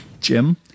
Jim